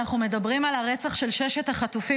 אנחנו מדברים על הרצח של ששת החטופים,